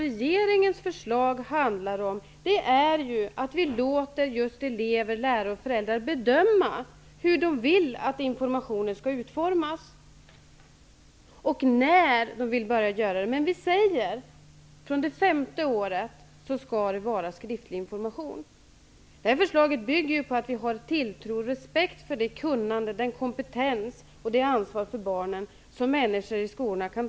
Regeringens förslag handlar om att vi låter elever, lärare och föräldrar bestämma hur de vill att informationen skall utformas och när de vill börja göra det. Men vi säger att det skall vara skriftlig information från det femte året. Det förslaget bygger på att vi har tilltro till och respekt för det kunnande och den kompetens samt det ansvar för barnen som människor i skolorna har.